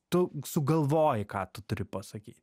tu sugalvoji ką tu turi pasakyti